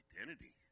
identity